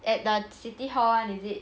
at the city hall [one] is it